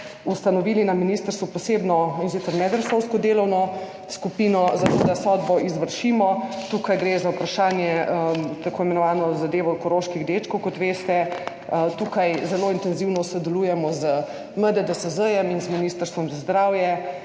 ustanovili na ministrstvu posebno, in sicer medresorsko delovno skupino, zato da sodbo izvršimo. Gre za vprašanje, tako imenovano zadevo koroških dečkov, kot veste. Tukaj zelo intenzivno sodelujemo z MDDSZ in z Ministrstvom za zdravje